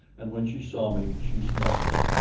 and when she saw me, she smiled.